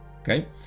okay